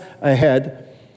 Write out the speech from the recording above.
ahead